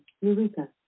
Eureka